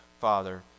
Father